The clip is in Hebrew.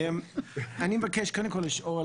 אני מבקש קודם כל לשאול